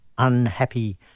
unhappy